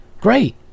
great